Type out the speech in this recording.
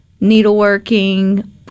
needleworking